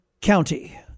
county